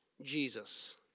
Jesus